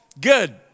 good